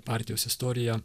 partijos istoriją